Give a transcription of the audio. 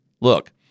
Look